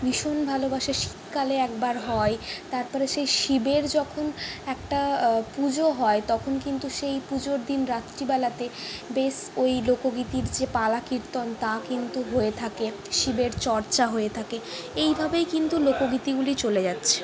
ভীষণ ভালবাসে শীতকালে একবার হয় তারপর সেই শিবের যখন একটা পুজো হয় তখন কিন্তু সেই পুজোর দিন রাত্রিবেলাতে বেশ ওই লোকগীতির যে পালা কীর্তন তা কিন্তু হয়ে থাকে শিবের চর্চা হয়ে থাকে এইভাবেই কিন্তু লোকগীতিগুলি চলে যাচ্ছে